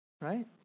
right